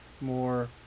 more